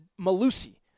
Malusi